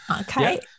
Okay